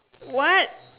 what